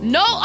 no